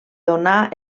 donà